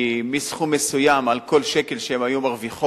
כי מסכום מסוים על כל שקל שהן היו מרוויחות